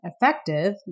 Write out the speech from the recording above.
effective